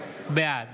בעד